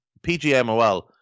PGMOL